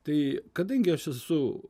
tai kadangi aš esu